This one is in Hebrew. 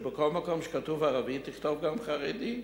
כשבכל מקום שכתוב "ערבי" תכתוב גם "חרדי".